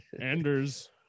Anders